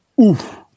oof